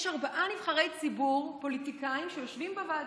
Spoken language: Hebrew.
יש ארבעה נבחרי ציבור פוליטיקאים שיושבים בוועדה.